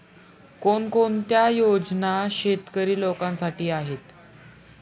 कोणकोणत्या योजना शेतकरी लोकांसाठी आहेत?